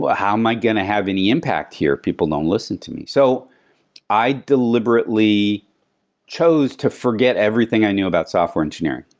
but how am i going to have any impact here, if people don't listen to me? so i deliberately chose to forget everything i knew about software engineering.